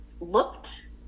looked